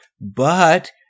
but-